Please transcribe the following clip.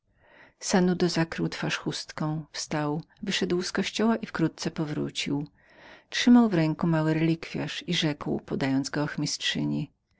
sanudo zakrył twarz chustką wstał wyszedł z kościoła i wkrótce powrócił trzymał w ręku mały relikwiarz i rzekł podając go ochmistrzyni